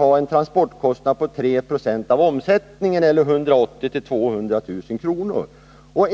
och en transportkostnad på 3 26 av omsättningen, dvs. 180 000-200 000 kr.